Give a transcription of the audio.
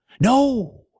no